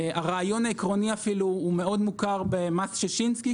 הרעיון העקרוני הוא מאוד מוכר במס שישינסקי,